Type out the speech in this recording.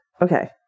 Okay